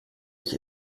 ich